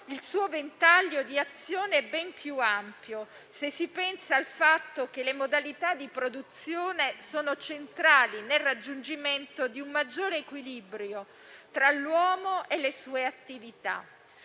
il suo ventaglio di azione è ben più ampio se si pensa al fatto che le modalità di produzione sono centrali nel raggiungimento di un maggiore equilibrio tra l'uomo e le sue attività.